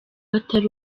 atari